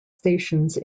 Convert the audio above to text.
stations